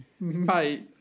mate